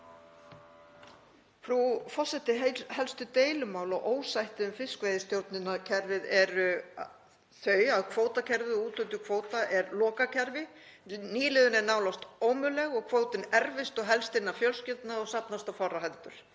Frú forseti. Helstu deilumál og ósætti um fiskveiðistjórnarkerfið eru þau að kvótakerfið og úthlutun kvóta er lokað kerfi. Nýliðun er nánast ómöguleg og kvótinn erfist og helst innan fjölskyldna og safnast á fárra hendur.